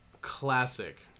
Classic